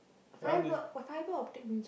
fibre fibre optic means